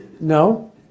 No